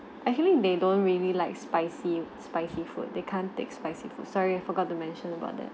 actually they don't really like spicy spicy food they can't take spicy food sorry I forgot to mention about that